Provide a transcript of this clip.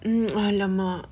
mm !alamak!